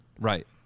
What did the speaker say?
right